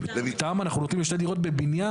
בתמ"א אנחנו מדברים על שתי דירות בבניין,